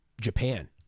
Japan